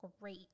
great